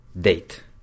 date